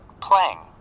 Playing